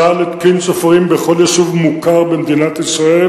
צה"ל התקין צופרים בכל יישוב מוכר במדינת ישראל.